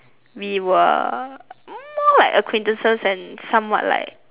we were more like acquaintances and somewhat like